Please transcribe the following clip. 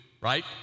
right